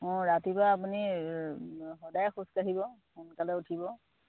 অঁ ৰাতিপুৱা আপুনি সদায় খোজকাঢ়িব সোনকালে উঠিব